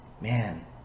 man